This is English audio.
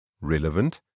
relevant